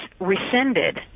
rescinded